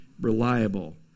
reliable